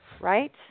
Right